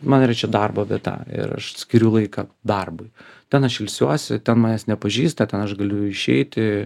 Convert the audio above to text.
man yra čia darbo vieta ir aš skiriu laiką darbui ten aš ilsiuosi ten manęs nepažįsta ten aš galiu išeiti